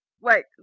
Wait